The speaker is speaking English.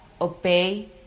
obey